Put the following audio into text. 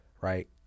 right